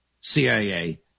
CIA